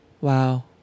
Wow